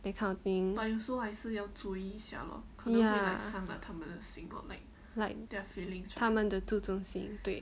that kind of thing ya like 他们的至尊心对